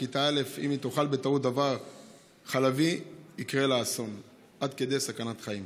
שבכיתה א' אם היא תאכל בטעות דבר חלבי יקרה לה אסון עד כדי סכנת חיים.